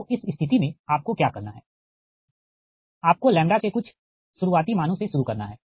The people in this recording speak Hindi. तो इस स्थिति में आपको क्या करना है आपको लैम्ब्डा के कुछ शुरुआती मानों से शुरू करना हैं